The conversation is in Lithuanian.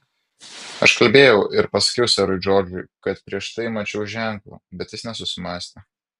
aš kalbėjau ir pasakiau serui džordžui kad prieš tai mačiau ženklą bet jis nesusimąstė